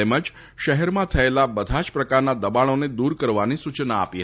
તેમજ શહેરમાં થયેલા બધા જ પ્રકારના દબાણોને દુર કરવાની સૂચના આપી હતી